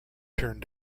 turned